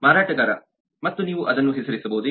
ಮಾರಾಟಗಾರ ಮತ್ತು ನೀವು ಅದನ್ನುಹೆಸರಿಸಬಹುದೇ